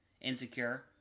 Insecure